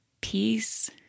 peace